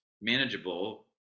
manageable